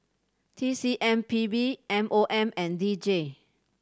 T C M P B M O M and D J